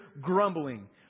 grumbling